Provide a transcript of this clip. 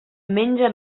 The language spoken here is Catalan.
menja